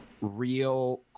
real